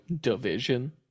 division